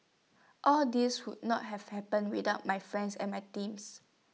all this would not have happened without my friends and my teams